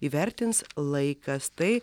įvertins laikas tai